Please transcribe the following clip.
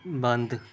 ਬੰਦ